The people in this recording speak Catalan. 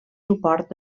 suport